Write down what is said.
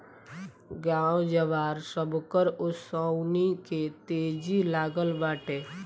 गाँव जवार, सबकर ओंसउनी के तेजी लागल बाटे